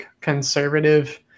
conservative